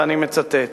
ואני מצטט: